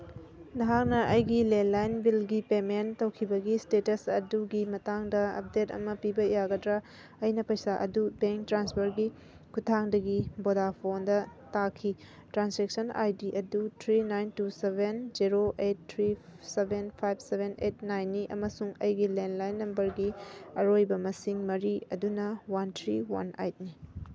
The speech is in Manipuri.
ꯅꯍꯥꯛꯅ ꯑꯩꯒꯤ ꯂꯦꯟꯂꯥꯏꯟ ꯕꯤꯜꯒꯤ ꯄꯦꯃꯦꯟ ꯇꯧꯈꯤꯕꯒꯤ ꯏꯁꯇꯦꯇꯁ ꯑꯗꯨꯒꯤ ꯃꯇꯥꯡꯗ ꯑꯞꯗꯦꯠ ꯑꯃ ꯄꯤꯕ ꯌꯥꯒꯗ꯭ꯔꯥ ꯑꯩꯅ ꯄꯩꯁꯥ ꯑꯗꯨ ꯕꯦꯡ ꯇ꯭ꯔꯥꯟꯁꯐꯔꯒꯤ ꯈꯨꯊꯥꯡꯗꯒꯤ ꯚꯣꯗꯥꯐꯣꯟꯗ ꯇꯥꯈꯤ ꯇ꯭ꯔꯥꯟꯁꯦꯛꯁꯟ ꯑꯥꯏ ꯗꯤ ꯑꯗꯨ three nine two seven zero eight three seven five seven eight ꯅꯥꯏꯟꯅꯤ ꯑꯃꯁꯨꯡ ꯑꯩꯒꯤ ꯂꯦꯟꯂꯥꯏꯟ ꯅꯝꯕꯔꯒꯤ ꯑꯔꯣꯏꯕ ꯃꯁꯤꯡ ꯃꯔꯤ ꯑꯗꯨꯅ ꯋꯥꯟ ꯊ꯭ꯔꯤ ꯋꯥꯟ ꯑꯩꯠꯅꯤ